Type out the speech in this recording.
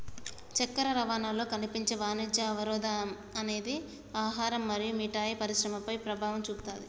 చక్కెర రవాణాలో కనిపించే వాణిజ్య అవరోధం అనేది ఆహారం మరియు మిఠాయి పరిశ్రమపై ప్రభావం చూపుతాది